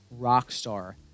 Rockstar